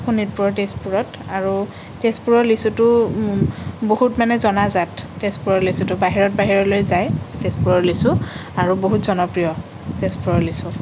শোণিতপুৰৰ তেজপুৰত আৰু তেজপুৰৰ লিচুটো বহুত মানে জনাজাত তেজপুৰৰ লিচুটো বাহিৰত বাহিৰলৈ যায় তেজপুৰৰ লিচু আৰু বহুত জনপ্ৰিয় তেজপুৰৰ লিচু